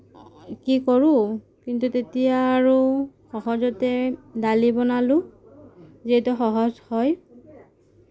কি কৰোঁ কিন্তু তেতিয়া আৰু সহজতে দালি বনালোঁ যিটো সহজ হয়